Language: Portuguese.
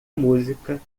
música